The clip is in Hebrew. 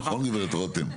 נכון גברת רותם?